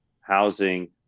housing